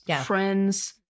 friends